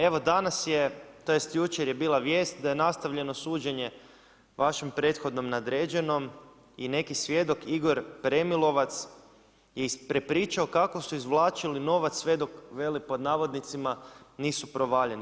Evo danas je, tj. jučer je bila vijest da je nastavljeno suđenje vašem prethodnom nadređenom i neki svjedok Igor Premilovac je prepričao kako su izvlačili novac sve dok veli pod navodnicima „nisu provaljeni“